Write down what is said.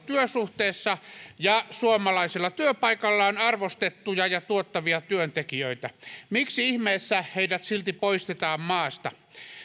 työsuhteessa ja suomalaisella työpaikallaan arvostettuja ja tuottavia työntekijöitä miksi ihmeessä heidät silti poistetaan maasta